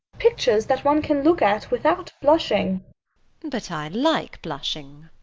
pictures that one can look at without blushing but i like blushing.